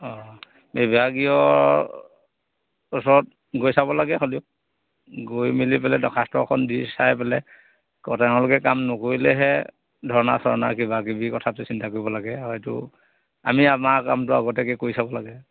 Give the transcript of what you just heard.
বিভাগীয় ওচৰত গৈ চাব লাগে হ'লেও গৈ মেলি পেলাই দৰ্খাস্ত এখন দি চাই পেলাই তেওঁলোকে কাম নকৰিলেহে ধৰণা চৰণা কিবা কিবি কথাটো চিন্তা কৰিব লাগে হয়তো আমি আমাৰ কামটো আগতীয়াকে কৰি চাব লাগে